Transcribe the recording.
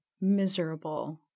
miserable